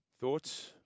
Thoughts